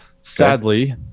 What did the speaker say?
Sadly